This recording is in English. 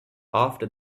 after